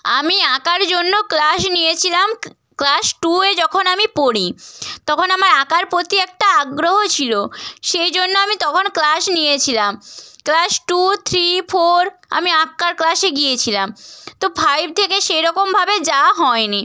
আমি আঁকার জন্য ক্লাস নিয়েছিলাম ক্লাস টুয়ে যখন আমি পড়ি তখন আমার আঁকার প্রতি একটা আগ্রহ ছিলো সেই জন্য আমি তখন ক্লাস নিয়েছিলাম ক্লাস টু থ্রি ফোর আমি আঁকার ক্লাসে গিয়েছিলাম তো ফাইভ থেকে সেই রকমভাবে যাওয়া হয় নি